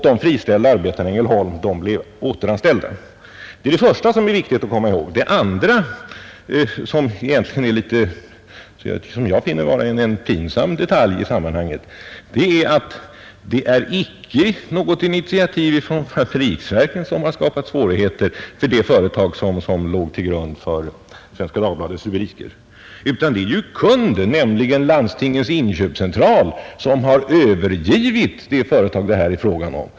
De friställda arbetarna i Ängelholm blev då återanställda. Det är det första som är viktigt att komma ihåg. Det andra, som jag finner vara en pinsam detalj i sammanhanget, är att det icke är något initiativ från fabriksverken som har skapat svårigheter för det företag som låg till grund för Svenska Dagbladets rubrik utan att det är kunden, nämligen Landstingens inköpscentral, som har övergivit det företag det här är fråga om.